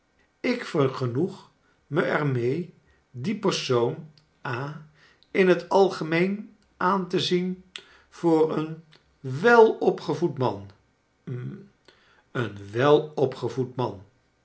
ik vergenoeg me er mee dien persoon ha in het algemeen aan te zien voor een welopgevoed man hm een welopgevoed man